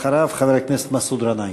אחריו, חבר הכנסת מסעוד גנאים.